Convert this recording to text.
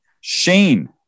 Shane